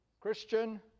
Christian